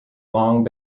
long